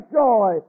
joy